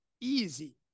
easy